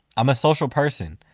i'm a social person.